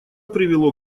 привело